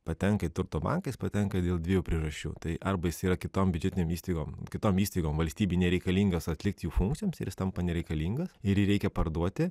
patenka į turto banką jis patenka dėl dviejų priežasčių tai arba jis yra kitom biudžetinėm įstaigom kitom įstaigom valstybei nereikalingas atlikti jų funkcijoms ir jis tampa nereikalingas ir jį reikia parduoti